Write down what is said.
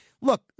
look